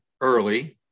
early